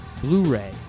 Blu-ray